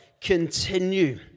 continue